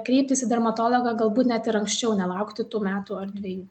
kreiptis į dermatologą galbūt net ir anksčiau nelaukti tų metų ar dvejų